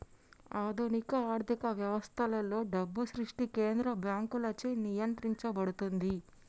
ఆధునిక ఆర్థిక వ్యవస్థలలో, డబ్బు సృష్టి కేంద్ర బ్యాంకులచే నియంత్రించబడుతుంది